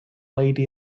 lady